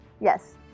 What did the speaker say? Yes